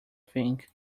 think